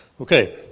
Okay